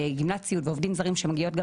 וגמלת סיעוד ועובדים זרים שמגיעות גם